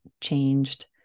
changed